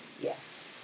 yes